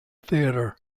theatre